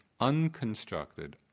unconstructed